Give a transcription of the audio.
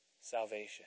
salvation